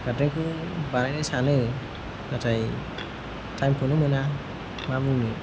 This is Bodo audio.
गार्डेनखौ बानायनो सानो नाथाय टाइमखौनो मोना मा बुंनो